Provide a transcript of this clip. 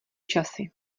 časy